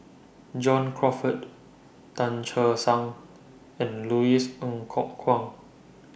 John Crawfurd Tan Che Sang and Louis Ng Kok Kwang